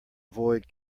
avoid